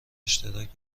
اشتراک